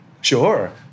Sure